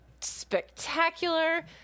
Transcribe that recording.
spectacular